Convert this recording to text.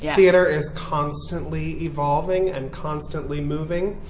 yeah theatre is constantly evolving and constantly moving.